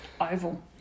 Oval